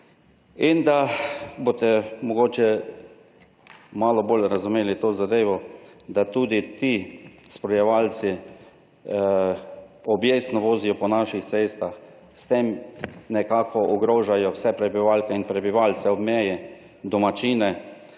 in da boste mogoče malo bolj razumeli to zadevo, da tudi ti spremljevalci objestno vozijo po naših cestah, s tem nekako ogrožajo vse prebivalke in prebivalce ob meji, domačine,